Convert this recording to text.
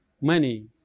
money